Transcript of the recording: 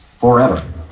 forever